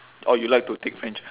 orh you like to take french ah